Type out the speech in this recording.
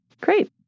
Great